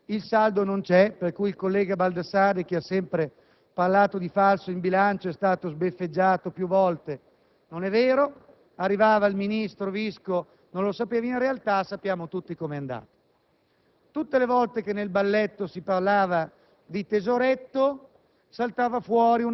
E, anche qui, il gioco delle tre carte ha funzionato bene: "il tesoretto" non c'era, il saldo non c'era (per cui il collega Baldassarri, che ha sempre parlato di falso in bilancio, è stato sbeffeggiato più volte), arrivava il vice ministro Visco a dire che non lo sapeva, ma in realtà sappiamo tutti com'è andata.